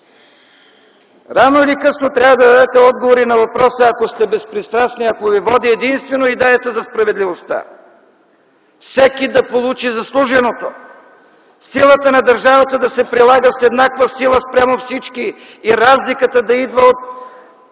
Рано или късно трябва да дадете отговор на въпроса (ако сте безпристрастни и ако Ви води единствено идеята за справедливостта - всеки да получи заслуженото, силата на държавата да се прилага с еднаква сила спрямо всички и разликата да идва от